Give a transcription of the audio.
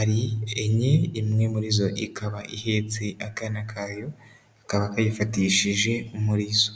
ari enye, imwe muri zo ikaba ihetse akana kayo kakaba kayifatishije umurizo.